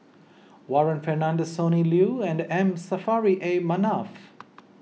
Warren Fernandez Sonny Liew and M Saffri A Manaf